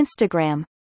Instagram